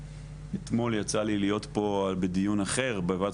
אתמול יצא לי להיות פה בדיון אחר בוועדת